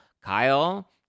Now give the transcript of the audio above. Kyle